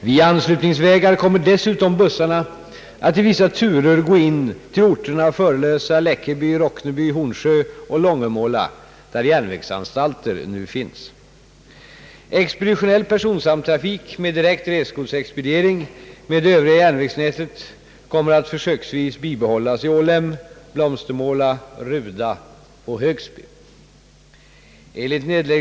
Via anslutningsvägar kommer dessutom bussarna att i vissa turer gå in till orterna Förlösa, Läckeby, Rockneby, Hornsö och Långemåla, där järnvägsanstalter nu finns. Expeditionell personsamtrafik — med direkt resgodsexpediering — med det övriga järnvägsnätet kommer att försöksvis bibehållas i Ålem, Blomstermåla, Ruda och Högsby.